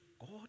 God